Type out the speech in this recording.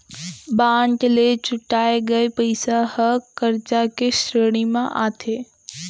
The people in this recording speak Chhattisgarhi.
बांड ले जुटाए गये पइसा ह करजा के श्रेणी म आथे